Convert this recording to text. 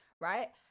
right